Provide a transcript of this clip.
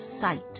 Sight